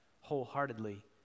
wholeheartedly